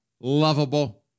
lovable